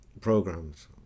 programs